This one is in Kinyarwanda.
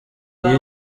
iyi